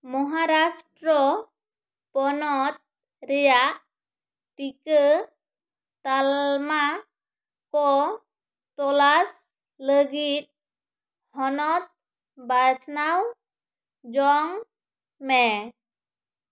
ᱢᱚᱦᱟᱨᱟᱥᱴᱨᱚ ᱯᱚᱱᱚᱛ ᱨᱮᱭᱟᱜ ᱴᱤᱠᱟᱹ ᱛᱟᱞᱢᱟ ᱠᱚ ᱛᱚᱞᱟᱥ ᱞᱟᱹᱜᱤᱫ ᱦᱚᱱᱚᱛ ᱵᱟᱪᱷᱱᱟᱣ ᱡᱚᱝ ᱢᱮ